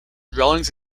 dwellings